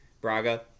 Braga